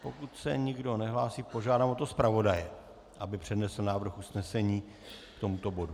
Pokud se nikdo nehlásí, požádám o to zpravodaje, aby přednesl návrh usnesení k tomuto bodu.